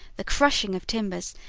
the crushing of timbers,